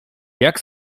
jak